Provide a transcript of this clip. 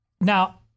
now